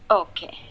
okay